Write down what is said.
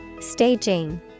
Staging